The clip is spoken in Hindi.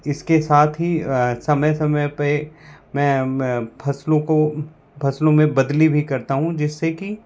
इसके साथ ही समय समय पे मैं मैं फ़सलों को फ़सलों में बदली भी करता हूँ जिससे कि